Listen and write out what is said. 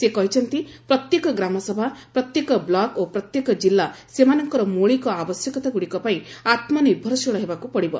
ସେ କହିଛନ୍ତି ପ୍ରତ୍ୟେକ ଗ୍ରାମସଭା ପ୍ରତ୍ୟେକ ବ୍ଲକ୍ ଓ ପ୍ରତ୍ୟେକ କିଲ୍ଲା ସେମାନଙ୍କର ମୌଳିକ ଆବଶ୍ୟକତାଗୁଡ଼ିକପାଇଁ ଆତ୍କନିର୍ଭରଶୀଳ ହେବାକୁ ପଡ଼ିବ